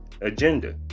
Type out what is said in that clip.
agenda